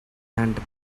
and